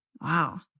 Wow